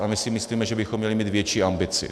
A my si myslíme, že bychom měli mít větší ambici.